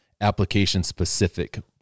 application-specific